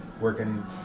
working